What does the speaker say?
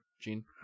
Gene